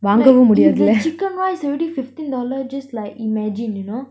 like if the chicken rice already fifteen dollar just like imagine you know